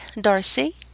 Darcy